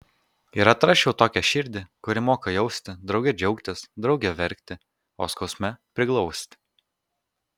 ir atrasčiau tokią širdį kuri moka jausti drauge džiaugtis drauge verkti o skausme priglausti